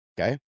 Okay